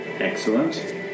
excellent